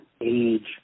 age